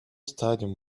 stadium